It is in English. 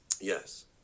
Yes